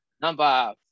number